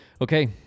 Okay